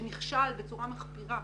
שנכשל בצורה מחפירה,